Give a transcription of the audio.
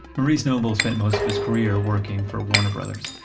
maurice noble spent most of his career working for warner brothers,